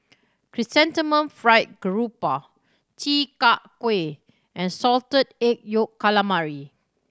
Chrysanthemum Fried Garoupa Chi Kak Kuih and Salted Egg Yolk Calamari